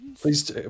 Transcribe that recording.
please